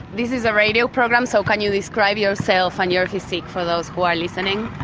this is a radio programme, so can you describe yourself and your physique for those who are listening?